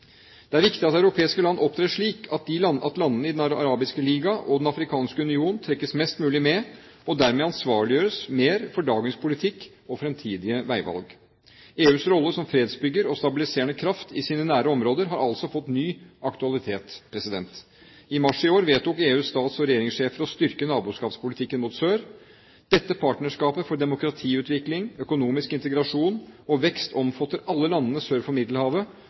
Det er viktig at europeiske land opptrer slik at landene i Den arabiske liga og Den afrikanske union trekkes mest mulig med og dermed ansvarliggjøres mer for dagens politikk og fremtidige veivalg. EUs rolle som fredsbygger og stabiliserende kraft i sine nære områder har altså fått ny aktualitet. I mars i år vedtok EUs stats- og regjeringssjefer å styrke naboskapspolitikken mot sør. Dette partnerskapet for demokratiutvikling, økonomisk integrasjon og vekst omfatter alle landene sør for Middelhavet